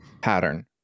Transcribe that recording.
pattern